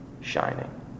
shining